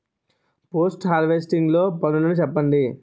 Post harvesting లో పనులను చెప్పండి?